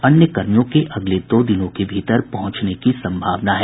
अन्य कर्मियों के अगले दो दिनों के भीतर पहुंचने की संभावना है